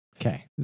Okay